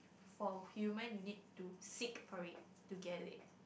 for human you need to seek for it to get it